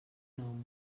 nom